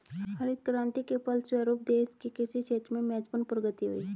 हरित क्रान्ति के फलस्व रूप देश के कृषि क्षेत्र में महत्वपूर्ण प्रगति हुई